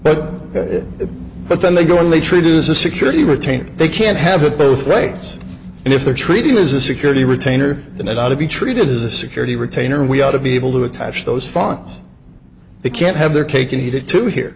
but but then they go only treated as a security retainer they can't have it both ways and if they're treated as a security retainer than it ought to be treated as a security retainer we ought to be able to attach those fines they can't have their cake and eat it too here